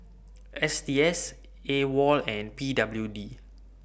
S T S AWOL and P W D